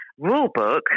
rulebook